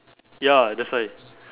ya that's why